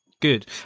Good